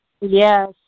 Yes